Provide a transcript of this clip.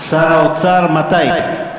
שר האוצר, מתי?